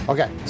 Okay